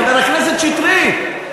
חבר הכנסת שטרית,